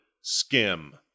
SKIM